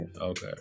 Okay